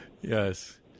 Yes